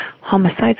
homicides